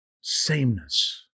sameness